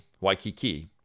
Waikiki